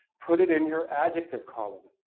put it in your adjective column,